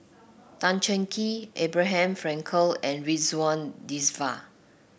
Tan Cheng Kee Abraham Frankel and Ridzwan Dzafir